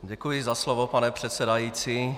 Děkuji za slovo, pane předsedající.